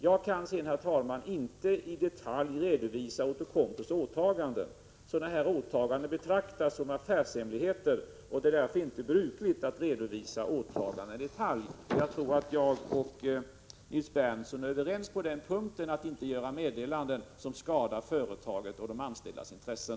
Jag kan inte, herr talman, i detalj redovisa Outokumpus åtaganden. Sådana här åtaganden betraktas som affärshemligheter, och det är därför inte brukligt att redovisa dem i detalj. Jag tror att Nils Berndtson och jag är överens om att sådana meddelanden skadar företaget och de anställdas intressen.